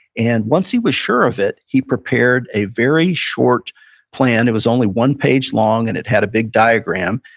and once he was sure of it, he prepared a very short plan. it was only one page long, and it had a big diagram.